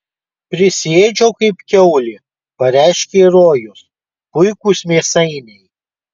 prisiėdžiau kaip kiaulė pareiškė rojus puikūs mėsainiai